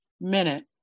minute